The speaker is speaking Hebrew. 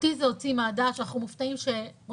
אותי זה הוציא מהדעת שאנחנו מופתעים שראש